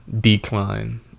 decline